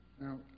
Now